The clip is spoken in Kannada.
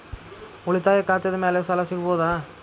ಉಳಿತಾಯ ಖಾತೆದ ಮ್ಯಾಲೆ ಸಾಲ ಸಿಗಬಹುದಾ?